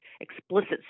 explicit